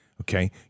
okay